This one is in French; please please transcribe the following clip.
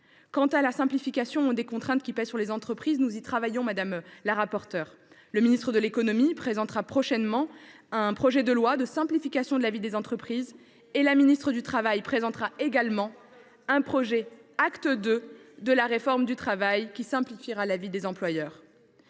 Quant à la simplification des contraintes qui pèsent sur les entreprises, nous y travaillons : le ministre de l’économie présentera prochainement un projet de loi de simplification de la vie des entreprises, et la ministre du travail présentera également un projet d’acte II de la réforme du marché du travail, qui simplifiera la vie des employeurs.